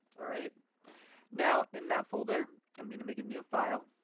alright now in that folder, i'm going to make a new file